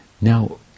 Now